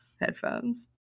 headphones